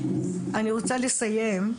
אני רוצה לסיים,